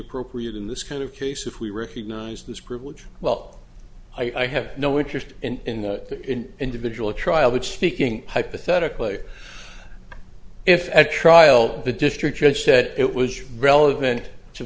appropriate in this kind of case if we recognize this privilege well i have no interest in the individual trial which speaking hypothetically if at trial the district judge said it was relevant to